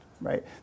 right